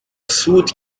سود